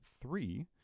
three